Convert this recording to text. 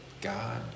God